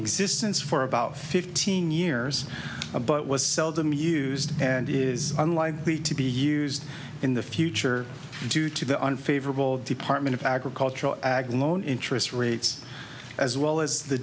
existing for about fifteen years but was seldom used and is unlikely to be used in the future due to the unfavorable department of agricultural ag loan interest rates as well as the